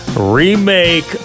Remake